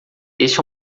este